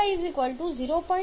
તે આ મુજબ હતું ω 0